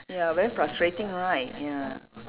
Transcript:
ya very frustrating right ya